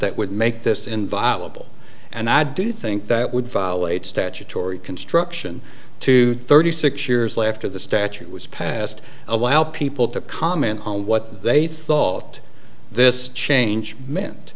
that would make this inviolable and i do think that would violate statutory construction to thirty six years laughter the statute was passed a while people to comment on what they thought this change meant